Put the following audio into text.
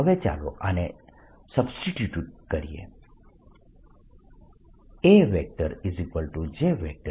હવે ચાલો આને સબસ્ટિટ્યુટ કરીએ AJr અને Br rr r3 છે